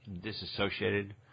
disassociated